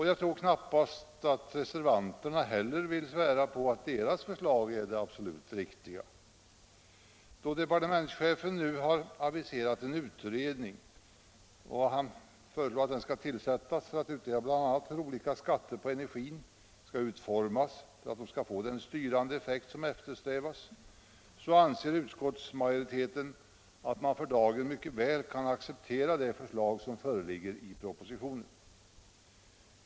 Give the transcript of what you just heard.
Jag tror knappast att reservanterna heller vill svära på att deras förslag är det absolut riktiga. Då departementschefen nu har aviserat en utredning — han föreslår att den skall tillsättas för att utreda bl.a. hur olika skatter på energin skall utformas för att få den styrande effekt som eftersträvas — anser utskottsmajoriteten att man för dagen mycket väl kan acceptera det förslag som föreligger i propositionen.